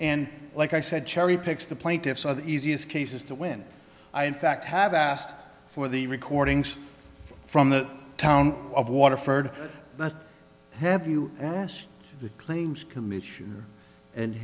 and like i said cherry picks the plaintiffs are the easiest cases to win i in fact have asked for the recordings from the town of waterford not have you asked the claims commission and